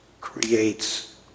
creates